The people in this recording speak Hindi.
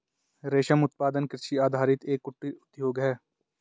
रेशम उत्पादन कृषि आधारित एक कुटीर उद्योग है